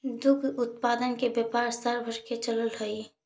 दुग्ध उत्पादन के व्यापार साल भर चलऽ हई